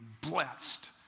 blessed